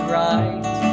right